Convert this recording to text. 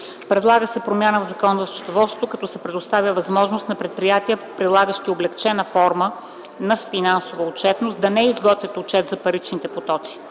предлага се промяна в Закона за счетоводството, като се предоставя възможност на предприятията, прилагащи облекчена форма на финансова отчетност, да не изготвят Отчет за паричните потоци.